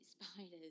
spiders